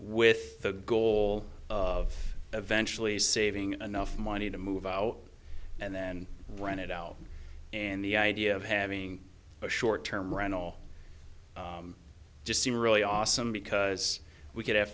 with the goal of eventually saving enough money to move out and then run it out and the idea of having a short term rental just seem really awesome because we could have